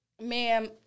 ma'am